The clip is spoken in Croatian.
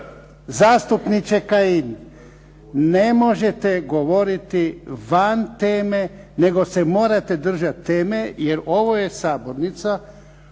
Zastupniče Kajin, ne možete govorit van teme nego se morate držat teme jer ovo je sabornica